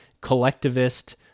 collectivist